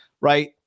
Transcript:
Right